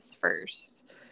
first